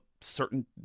certain